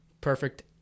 perfect